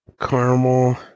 caramel